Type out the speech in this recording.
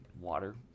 water